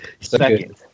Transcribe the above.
Second